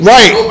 Right